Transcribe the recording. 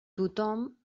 tothom